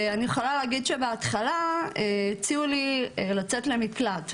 אני יכולה להגיד שבהתחלה הציעו לי לצאת למקלט,